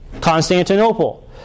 Constantinople